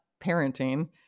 parenting